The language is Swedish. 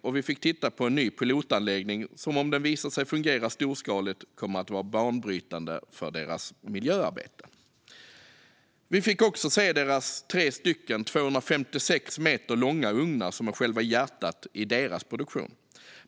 Vi fick även titta på en ny pilotanläggning som, om den visar sig fungera storskaligt, kommer att vara banbrytande för deras miljöarbete. Vi fick också se deras tre ugnar, som är 256 meter långa och som är själva hjärtat i deras produktion.